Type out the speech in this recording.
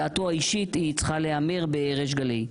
דעתו האישית צריכה להיאמר בריש גלי.